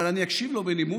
אבל אני אקשיב לו בנימוס,